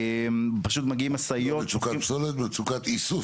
מצוקת איסוף